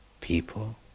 People